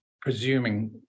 presuming